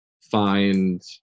find